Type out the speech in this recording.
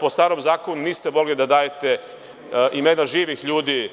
Po starom zakonu niste mogli da dajete imena živih ljudi